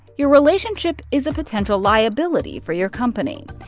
your relationship is a potential liability for your company.